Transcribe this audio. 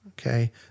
okay